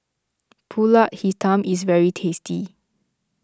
Pulut Hitam is very tasty